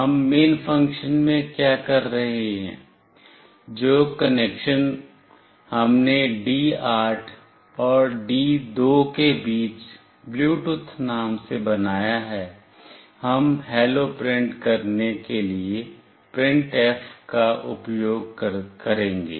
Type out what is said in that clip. हम main function में क्या कर रहे हैं जो कनेक्शन हमने D8 और D2 के बीच ब्लूटूथ नाम से बनाया है हम हैलो प्रिंट करने के लिए प्रिंटफ का उपयोग करेंगे